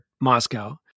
Moscow